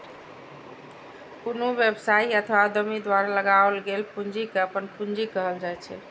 कोनो व्यवसायी अथवा उद्यमी द्वारा लगाओल गेल पूंजी कें अपन पूंजी कहल जाइ छै